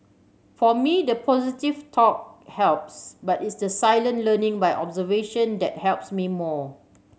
for me the positive talk helps but it's the silent learning by observation that helps me more